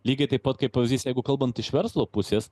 lygiai taip pat kaip pavyzdys jeigu kalbant iš verslo pusės